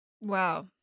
Wow